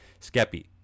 Skeppy